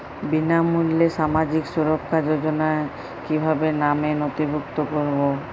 বিনামূল্যে সামাজিক সুরক্ষা যোজনায় কিভাবে নামে নথিভুক্ত করবো?